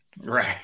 Right